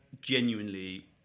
genuinely